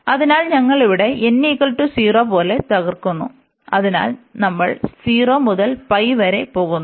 അതിനാൽ ഞങ്ങൾ ഇവിടെ n 0 പോലെ തകർക്കുന്നു അതിനാൽ നമ്മൾ 0 മുതൽ വരെ പോകുന്നു